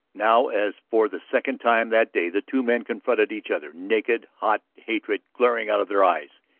now, as for the second time that day the two men confronted each other, naked, hot hatred glaring out of their eyes,